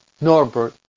Norbert